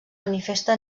manifesta